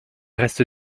reste